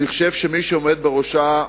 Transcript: אני חושב שמי שעומד בראשה,